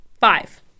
five